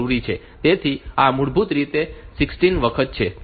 તેથી આ મૂળભૂત રીતે 16 વખત છે